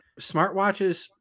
Smartwatches